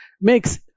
makes